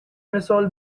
مثال